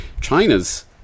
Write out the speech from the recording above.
China's